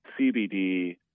CBD